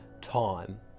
time